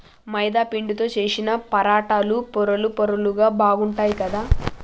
మైదా పిండితో చేశిన పరాటాలు పొరలు పొరలుగా బాగుంటాయ్ కదా